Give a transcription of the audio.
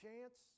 chance